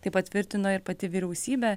tai patvirtino ir pati vyriausybė